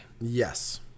Yes